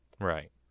right